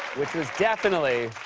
which was definitely,